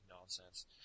nonsense